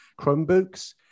Chromebooks